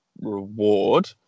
reward